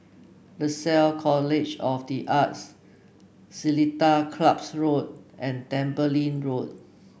Lasalle College of the Arts Seletar Club's Road and Tembeling Road